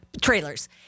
trailers